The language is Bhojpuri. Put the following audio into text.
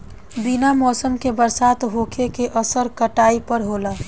बिना मौसम के बरसात होखे के असर काटई पर होला